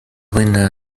winner